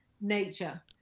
nature